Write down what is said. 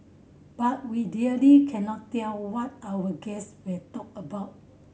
but we really can not tell what our guest will talk about